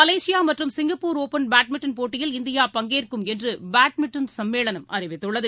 மலேசியாமற்றும் Singapore open badminton போட்டியில் India பங்கேற்கும் என்றுபேட்மின்டன் சம்மேளனம் அறிவித்துள்ளது